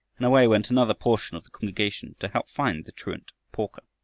and away went another portion of the congregation to help find the truant porker.